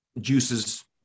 juices